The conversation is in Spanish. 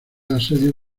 asedio